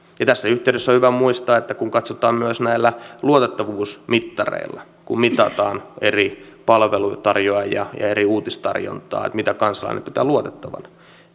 tässä yhteydessä on hyvä muistaa että kun katsotaan myös näillä luotettavuusmittareilla kun mitataan eri palveluntarjoajia ja eri uutistarjontaa että mitä kansalainen pitää luotettavana